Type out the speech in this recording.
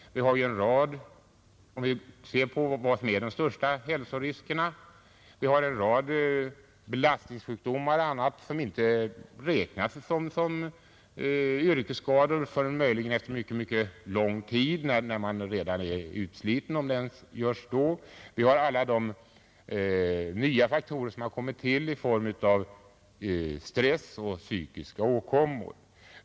Det finns en rad belastningssjukdomar som inte räknas som yrkesskador förrän möjligen efter mycket lång tid när man redan är utsliten, om det ens görs då. Vi har också alla de nya faktorer som har kommit in i bilden, såsom stress och psykiska åkommor.